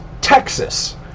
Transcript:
Texas